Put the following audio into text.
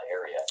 area